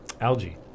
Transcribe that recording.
algae